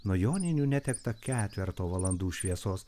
nuo joninių netekta ketverto valandų šviesos